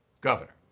governor